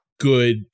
good